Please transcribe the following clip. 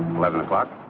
eleven o'clock.